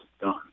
done